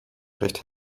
recht